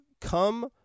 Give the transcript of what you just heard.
Come